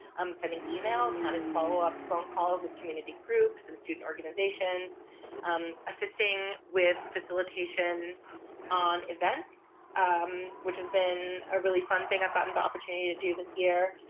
um sending email and having follow-up phone calls with community groups and student organizations um assisting with facilitation on events which has been a really fun thing i've gotten the opportunity to do this year.